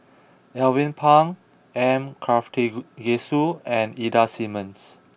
Alvin Pang M Karthigesu and Ida Simmons